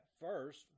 first